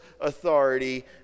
authority